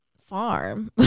farm